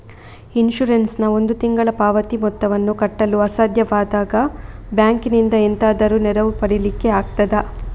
Insurance ನ ಒಂದು ತಿಂಗಳ ಪಾವತಿ ಮೊತ್ತವನ್ನು ಕಟ್ಟಲು ಅಸಾಧ್ಯವಾದಾಗ ಬ್ಯಾಂಕಿನಿಂದ ಎಂತಾದರೂ ನೆರವು ಪಡಿಲಿಕ್ಕೆ ಆಗ್ತದಾ?